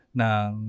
ng